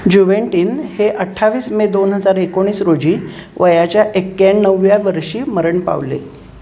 जुवेंटीन हे अठ्ठावीस मे दोन हजार एकोणीस रोजी याच्या एक्क्याण्णव्या वर्षी मरण पावले